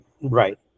right